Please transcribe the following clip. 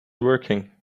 working